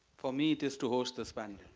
for me it is to host this but and